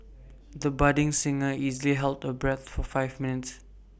the budding singer easily held her breath for five minutes